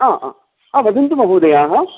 हा हा हा वदन्तु महोदयाः